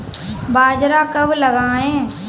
बाजरा कब लगाएँ?